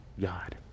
God